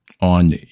on